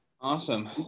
awesome